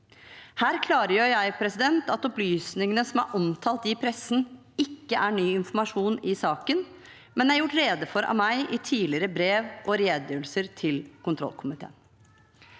Her klargjør jeg at opplysningene som er omtalt i pressen, ikke er ny informasjon i saken, men er gjort rede for av meg i tidligere brev og redegjørelser til kontrollkomiteen.